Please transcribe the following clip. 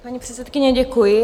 Paní předsedkyně, děkuji.